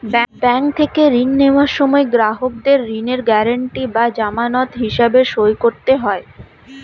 bank থেকে ঋণ নেওয়ার সময় গ্রাহকদের ঋণের গ্যারান্টি বা জামানত হিসেবে সই করতে হয়